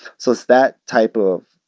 so it's that type of,